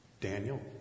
Daniel